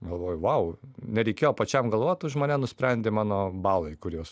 galvoju vau nereikėjo pačiam galvot už mane nusprendė mano balai kuriuos